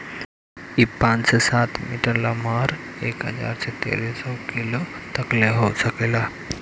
इ पाँच से सात मीटर लमहर आ एक हजार से तेरे सौ किलो तकले हो सकेला